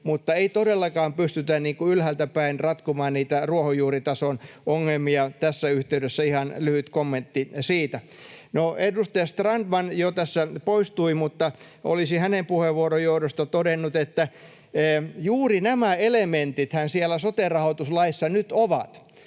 mutta ei todellakaan pystytä ylhäältä päin ratkomaan ruohonjuuritason ongelmia. Tässä yhteydessä ihan lyhyt kommentti siitä. No, edustaja Strandman jo tästä poistui. Olisin hänen puheenvuoronsa johdosta todennut, että juuri nämä elementithän siellä sote-rahoituslaissa nyt ovat.